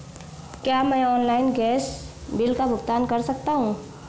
क्या मैं online gas bill का भुगतान कर सकता हूँ?